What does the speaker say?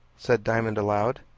said diamond, aloud.